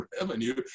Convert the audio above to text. revenue